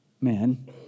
men